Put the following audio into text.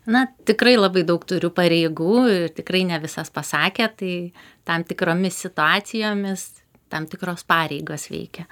na tikrai labai daug turiu pareigų ir tikrai ne visas pasakėt tai tam tikromis situacijomis tam tikros pareigos veikia